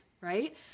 right